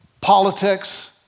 politics